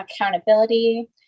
accountability